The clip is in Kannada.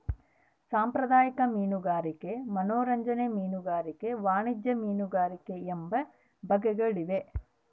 ಸಾಂಪ್ರದಾಯಿಕ ಮೀನುಗಾರಿಕೆ ಮನರಂಜನಾ ಮೀನುಗಾರಿಕೆ ವಾಣಿಜ್ಯ ಮೀನುಗಾರಿಕೆ ಎಂಬ ಬಗೆಗಳಿವೆ